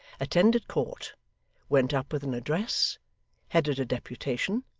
attended court went up with an address headed a deputation.